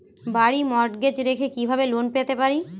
বাড়ি মর্টগেজ রেখে কিভাবে লোন পেতে পারি?